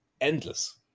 endless